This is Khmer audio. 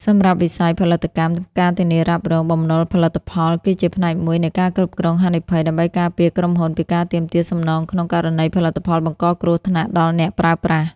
សម្រាប់វិស័យផលិតកម្ម ការធានារ៉ាប់រង បំណុលផលិតផល គឺជាផ្នែកមួយនៃ ការគ្រប់គ្រងហានិភ័យ ដើម្បីការពារក្រុមហ៊ុនពីការទាមទារសំណងក្នុងករណីផលិតផលបង្កគ្រោះថ្នាក់ដល់អ្នកប្រើប្រាស់។